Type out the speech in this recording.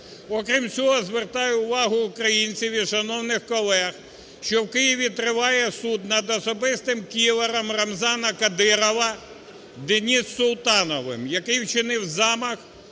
Окрім цього, звертаю увагу українців і шановних колег, що в Києві триває суд над особистим кілером Рамзана Кадирова Денисом Султановим, який вчинив замах